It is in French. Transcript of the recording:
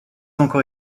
encore